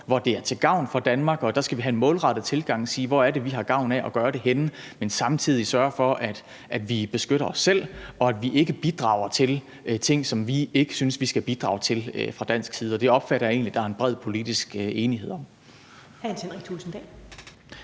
hvor det er til gavn for Danmark. Der skal vi have en målrettet tilgang og se på, hvor vi har gavn af at gøre det, men vi skal samtidig sørge for, at vi beskytter os selv og ikke bidrager til ting, som vi ikke synes vi skal bidrage til fra dansk side. Det opfatter jeg egentlig at der er en bred politisk enighed om. Kl. 14:24 Første